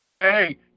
Hey